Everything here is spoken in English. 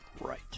Right